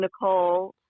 Nicole